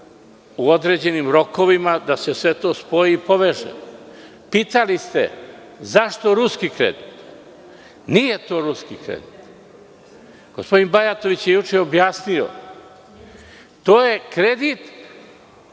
u određenim rokovima, da se sve to spoji i poveže. Pitali ste - zašto ruski kredit? Nije to ruski kredit. Gospodin Bajatović je juče objasnio, to je kredit